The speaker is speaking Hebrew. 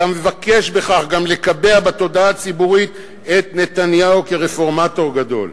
אתה מבקש בכך גם לקבע בתודעה הציבורית את נתניהו כרפורמטור גדול,